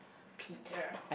Peter